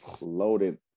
loaded